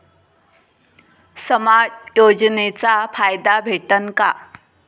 समाज योजनेचा फायदा भेटन का?